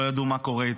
לא ידעו מה קורה איתו.